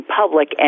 public